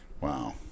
wow